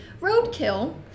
roadkill